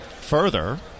Further